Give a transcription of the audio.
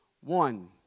one